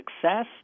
success